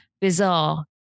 bizarre